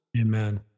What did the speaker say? Amen